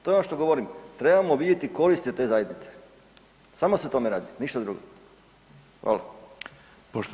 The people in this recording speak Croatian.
To je ono što govorim, trebamo vidjeti koristi od te zajednice, samo se o tome radi, ništa drugo.